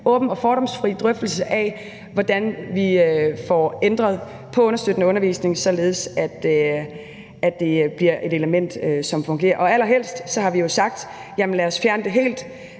åben og fordomsfri drøftelse af, hvordan vi får ændret på understøttende undervisning, således at det bliver et element, som fungerer. Vi har jo sagt, at vi allerhelst ville fjerne det hele,